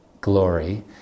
glory